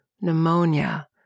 pneumonia